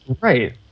Right